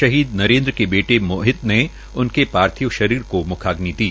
शहीद नरेन्द्र सिंह के बेटे मोहित ने उनके पार्थिव शरीर को मुखम्नि दी